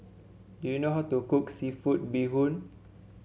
do you know how to cook seafood Bee Hoon